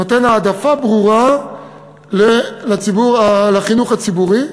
נותן העדפה ברורה לחינוך הציבורי.